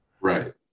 right